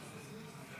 ב'.